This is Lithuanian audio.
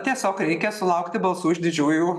tiesiog reikia sulaukti balsų išdidžiųjų